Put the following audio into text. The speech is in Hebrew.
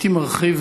הייתי מרחיב,